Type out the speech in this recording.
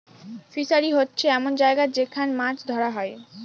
fishery হচ্ছে এমন জায়গা যেখান মাছ ধরা হয়